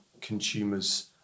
consumers